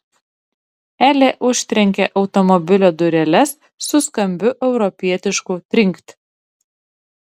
elė užtrenkė automobilio dureles su skambiu europietišku trinkt